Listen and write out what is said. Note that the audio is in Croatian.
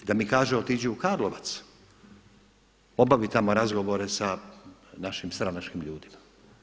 I da mi kaže otiđi u Karlovac, obavi tamo razgovore sa našim stranačkim ljudima.